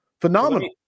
Phenomenal